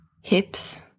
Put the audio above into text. hips